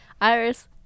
Iris